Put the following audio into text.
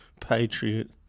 Patriot